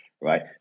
right